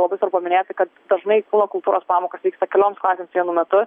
labai svarbu paminėti kad dažnai kūno kultūros pamokos vyksta kelioms klasėms vienu metu